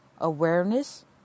awareness